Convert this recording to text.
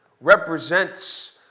represents